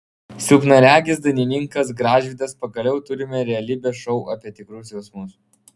silpnaregis dainininkas gražvydas pagaliau turime realybės šou apie tikrus jausmus